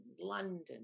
London